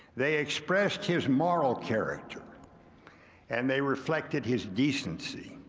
they expressed his moral character and they reflected his decency,